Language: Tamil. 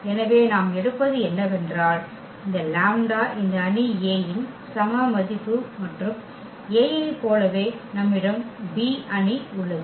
எனவே நாம் எடுப்பது என்னவென்றால் இந்த லாம்ப்டா இந்த அணி A இன் சம மதிப்பு மற்றும் A ஐப் போலவே நம்மிடம் B அணி உள்ளது